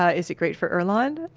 ah is it great for earlonne?